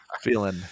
feeling